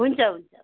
हुन्छ हुन्छ